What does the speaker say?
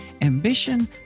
ambition